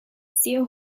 sehr